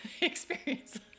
experience